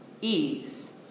ease